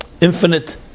Infinite